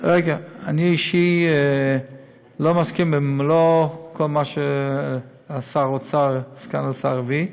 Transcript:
אני אישית לא מסכים לכל מה שסגן השר האוצר הביא.